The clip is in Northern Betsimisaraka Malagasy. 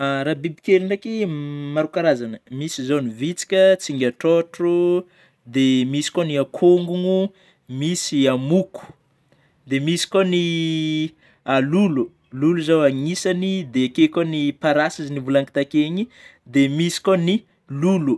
Raha bibikely ndraiky maro karazagna, misy zao ny vitsika, tsingatrôtro oh, dia misy koa ny akongono, misy amoko, dia misy koa ny lolo, lolo zao anisany dia akeo koa ny parasy zay nivolagnako takeo igny ,dia misy koa ny lolo.